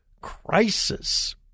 crisis